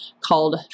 called